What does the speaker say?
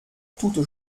toute